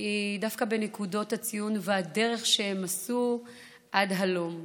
היא דווקא בנקודות הציון והדרך שהם עשו עד הלום,